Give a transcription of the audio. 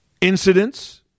incidents